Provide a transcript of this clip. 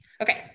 okay